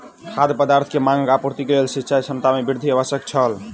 खाद्य पदार्थ के मांगक आपूर्तिक लेल सिचाई क्षमता में वृद्धि आवश्यक छल